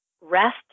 rest